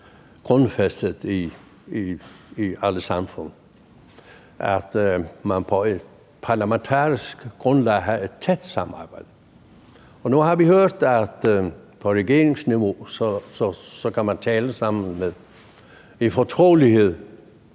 grundfæstet i alle samfund, at man på et parlamentarisk grundlag har et tæt samarbejde, og nu har vi hørt, at man på regeringsniveau kan tale sammen i fortrolighed.